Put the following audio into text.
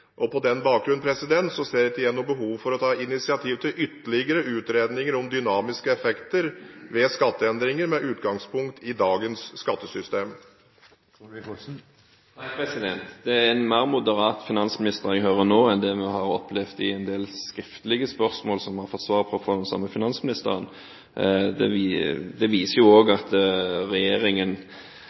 På den bakgrunn ser ikke jeg noe behov for å ta initiativ til ytterligere utredninger om dynamiske effekter ved skatteendringer med utgangspunkt i dagens skattesystem. Det er en mer moderat finansminister jeg hører nå enn det vi har opplevd i en del skriftlige spørsmål vi har fått svar på fra den samme finansministeren. Det viser at regjeringen er litt i bevegelse på dette punktet, og det er veldig bra. Vi ser også at regjeringen